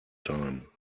time